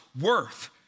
worth